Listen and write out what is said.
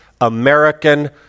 American